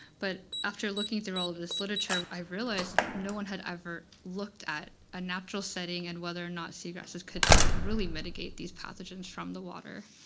but after looking through all this literature i've realised no one had ever looked at a natural setting and whether or not sea grasses could really mitigate these pathogens from the water.